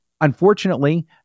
unfortunately